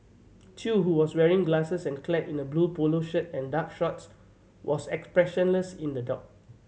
chew who was wearing glasses and clad in a blue polo shirt and dark shorts was expressionless in the dock